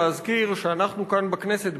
להזכיר שאנחנו כאן בכנסת,